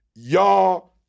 Y'all